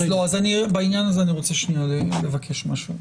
בעניין הזה אני רוצה לבקש משהו.